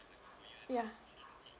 ya